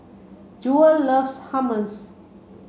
Jewel loves Hummus